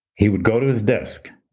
he would go to his desk,